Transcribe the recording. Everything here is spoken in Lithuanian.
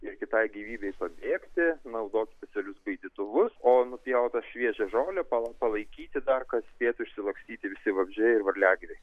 ir kitai gyvybei pabėgti naudoti specialius baidytuvus o nupjautą šviežią žolę pala palaikyti dar kad spėtų išsilakstyti visi vabzdžiai ir varliagyviai